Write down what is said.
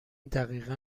دقیقا